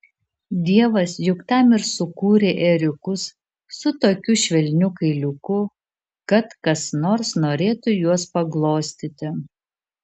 dievas juk tam ir sukūrė ėriukus su tokiu švelniu kailiuku kad kas nors norėtų juos paglostyti